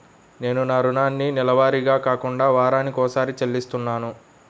నేను నా రుణాన్ని నెలవారీగా కాకుండా వారానికోసారి చెల్లిస్తున్నాను